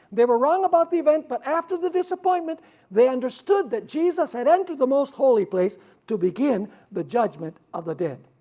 they were wrong about the event, but after the disappointment they understood that jesus had entered the most holy place to begin the judgment of the dead.